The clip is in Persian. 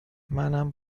منم